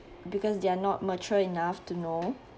because they are not mature enough to know